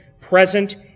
present